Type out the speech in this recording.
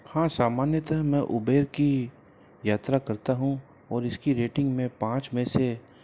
हाँ समान्यता में उबेर की यात्रा करता हूँ और इसकी रेटिंग में पाँच में से